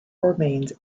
remains